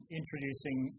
introducing